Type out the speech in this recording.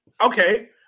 Okay